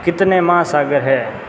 कितने महासागर है